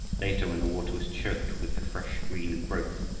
later when the water was choked with the fresh green growth,